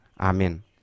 Amen